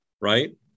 right